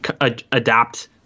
adapt